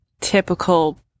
typical